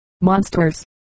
monsters